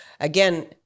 again